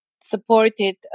supported